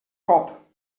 cop